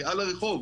אני על הרחוב,